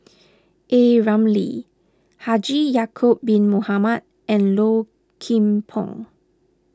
A Ramli Haji Ya'Acob Bin Mohamed and Low Kim Pong